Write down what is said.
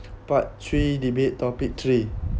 part three debate topic three